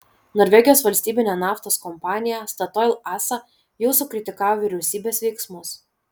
norvegijos valstybinė naftos kompanija statoil asa jau sukritikavo vyriausybės veiksmus